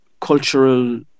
cultural